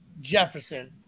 Jefferson